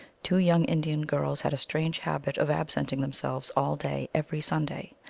two young indian girls had a strange habit of absenting themselves all day every sunday.